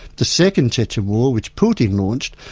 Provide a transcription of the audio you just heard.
the second chechen war, which putin launched,